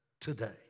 today